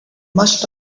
must